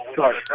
Sorry